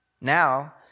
Now